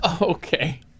Okay